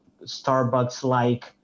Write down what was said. Starbucks-like